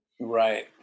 Right